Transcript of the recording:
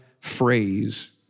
phrase